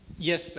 yes, but